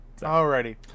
Alrighty